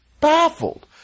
baffled